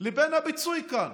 לבין הפיצוי כאן?